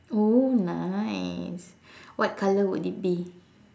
oh nice what color would it be